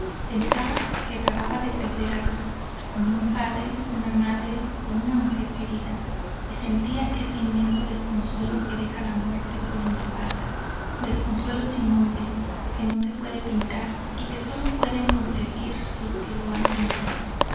pensaba que acababa de perder algo como un padre una madre o una mujer querida y sentía ese inmenso desconsuelo que deja la muerte por donde pasa desconsuelo sin nombre que no se puede pintar y que sólo pueden concebir los que lo han sentido